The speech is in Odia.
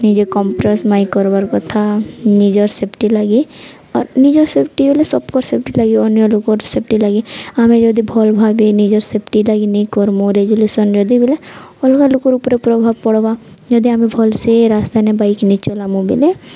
ନିଜେ କମ୍ପ୍ରମାଇଜ୍ କର୍ବାର୍ କଥା ନିଜର୍ ସେଫ୍ଟି ଲାଗିର୍ ନିଜର୍ ସେଫ୍ଟି ହେଲେ ସବ୍କର୍ ସେଫ୍ଟି ଲାଗି ଅନ୍ୟ ଲୋକର ସେଫ୍ଟି ଲାଗି ଆମେ ଯଦି ଭଲ୍ ଭାବେ ନିଜର୍ ସେଫ୍ଟି ଲାଗି ନେଇ କର୍ମୁ ରିଜୁଲସନ୍ ଯଦି ବେଲେ ଅଲଗା ଲୋକର ଉପରେ ପ୍ରଭାବ ପଡ଼୍ବା ଯଦି ଆମେ ଭଲ୍ସେ ରାସ୍ତାନେ ବାଇକ୍ ନେଇ ଚଲାମୁ ବେଲେ